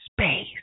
space